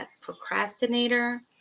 procrastinator